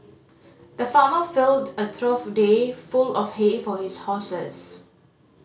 the farmer filled a trough day full of hay for his horses